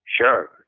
Sure